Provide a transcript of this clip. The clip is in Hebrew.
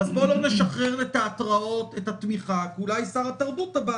אולי לא נשחרר תמיכה לתיאטראות כי אולי שר התרבות הבא